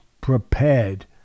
prepared